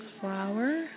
flower